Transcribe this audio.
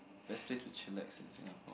best place to chillax in Singapore